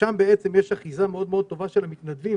שם יש אחיזה מאוד טובה של מתנדבים